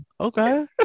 Okay